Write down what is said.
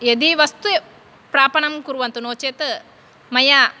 यदि वस्तु प्रापणं कुर्वन्तु नो चेत् मया